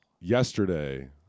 Yesterday